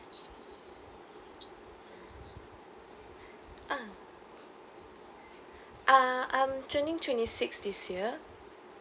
ah ah I'm turning twenty six this year